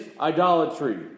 idolatry